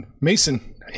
Mason